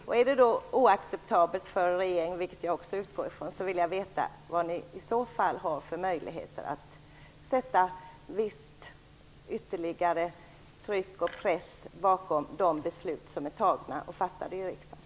Om detta är oacceptabelt för regeringen, vilket jag utgår ifrån, vill jag veta vilka möjligheter ni har att sätta viss ytterligare press och visst tryck bakom de beslut som har fattats i riksdagen.